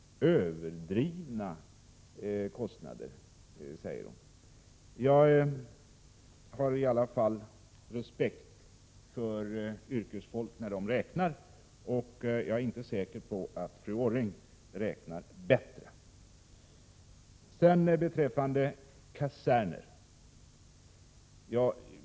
Överdrivna kostnader, säger hon. Jag har i alla fall respekt för beräkningar gjorda av yrkesfolk. Jag är inte säker på att fru Orring räknar bättre.